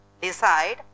decide